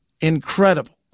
incredible